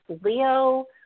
Leo